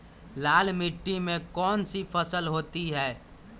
लाल मिट्टी में कौन सी फसल होती हैं?